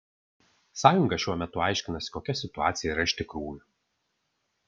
sąjunga šiuo metu aiškinasi kokia situacija yra iš tikrųjų